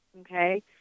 okay